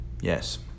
Yes